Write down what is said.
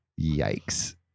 yikes